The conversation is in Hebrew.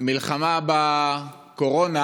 במלחמה בקורונה